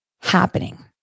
happening